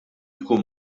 jkun